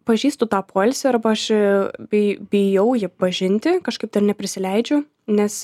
pažįstu tą poilsį arba aš bi bijau jį pažinti kažkaip ten neprisileidžiu nes